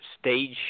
stage